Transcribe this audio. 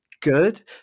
good